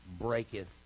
breaketh